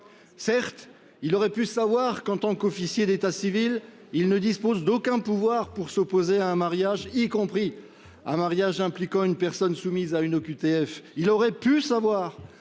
Certes, il aurait dû savoir qu’en tant qu’officier d’état civil il ne dispose d’aucun pouvoir pour s’opposer à un mariage, y compris à un mariage impliquant une personne soumise à une OQTF. Il aurait dû savoir